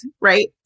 right